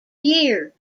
year